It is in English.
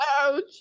ouch